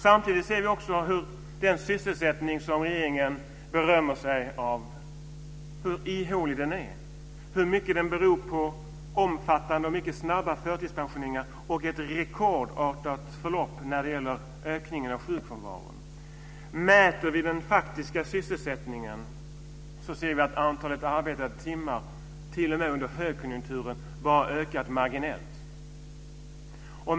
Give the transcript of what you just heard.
Samtidigt ser vi också hur ihålig den sysselsättning som regeringen berömmer sig av är, hur mycket den beror på omfattande och mycket snabba förtidspensioneringar och ett rekordartat förlopp när det gäller ökningen av sjukfrånvaron. Mäter vi den faktiska sysselsättningen ser vi att antalet arbetade timmar t.o.m. under högkonjunkturen ökat bara marginellt.